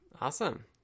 Awesome